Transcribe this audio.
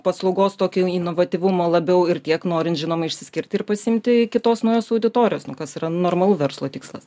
paslaugos tokio inovatyvumo labiau ir tiek norint žinoma išsiskirti ir pasiimti kitos naujos auditorijos nu kas yra normalu verslo tikslas